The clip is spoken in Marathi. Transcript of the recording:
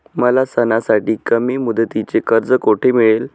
मला सणासाठी कमी मुदतीचे कर्ज कोठे मिळेल?